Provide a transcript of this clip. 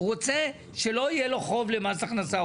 הוא רוצה שלא יהיה לו חוב למס הכנסה.